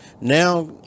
Now